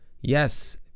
Yes